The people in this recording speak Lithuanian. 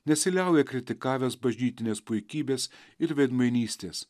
nesiliauja kritikavęs bažnytinės puikybės ir veidmainystės